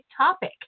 topic